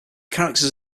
characters